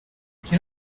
can